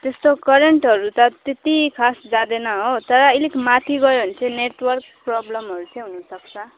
त्यस्तो करेन्टहरू त त्यत्ति खास जाँदैन हो तर अलिक माथि गयो भने चाहिँ नेटवर्क प्रब्लमहरू चाहिँ हुनसक्छ